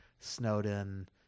Snowden